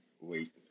Wait